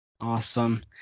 Awesome